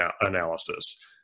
analysis